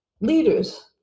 Leaders